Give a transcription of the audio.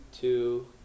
two